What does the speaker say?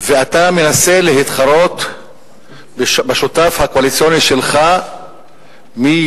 ואתה מנסה להתחרות בשותף הקואליציוני שלך מי